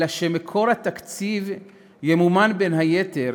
אלא שהתקציב ימומן, בין היתר,